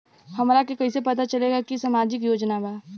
हमरा के कइसे पता चलेगा की इ सामाजिक योजना बा?